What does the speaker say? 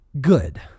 Good